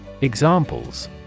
Examples